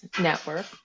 network